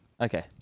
Okay